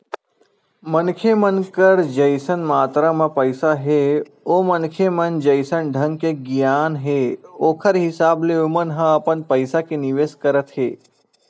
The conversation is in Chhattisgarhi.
मनखे मन कर जइसन मातरा म पइसा हे ओ मनखे म जइसन ढंग के गियान हे ओखर हिसाब ले ओमन ह अपन पइसा के निवेस करत हे